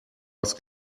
was